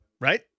Right